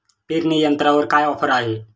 पेरणी यंत्रावर काय ऑफर आहे?